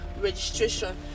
registration